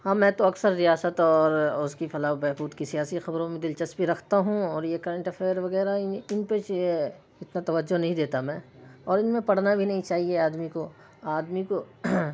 ہاں میں تو اکثر ریاست اور اس کی فلاح و بہبود کی سیاسی خبروں میں دلچسپی رکھتا ہوں اور یہ کرنٹ افیئر وغیرہ ان پہ اتنا توجہ نہیں دیتا میں اور ان میں پڑنا بھی نہیں چاہیے آدمی کو آدمی کو